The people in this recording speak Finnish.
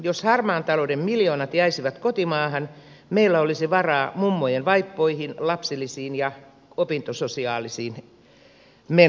jos harmaan talouden miljoonat jäisivät kotimaahan meillä olisi varaa mummojen vaippoihin lapsilisiin ja opintososiaalisiin menoihin